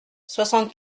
soixante